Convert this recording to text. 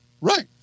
Right